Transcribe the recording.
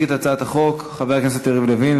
יציג את הצעת החוק חבר הכנסת יריב לוין.